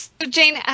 Jane